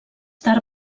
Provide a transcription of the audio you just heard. tard